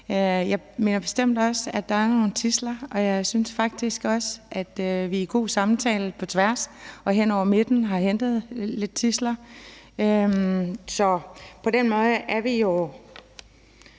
Jeg mener bestemt også, at der er nogle tidsler, og jeg synes faktisk også, at vi i en god samtale på tværs og hen over midten har hentet lidt tidsler. Så på den måde tænker jeg